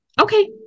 Okay